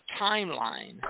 timeline